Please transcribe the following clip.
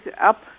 up